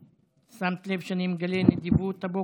שמת לב שאני מגלה נדיבות הבוקר?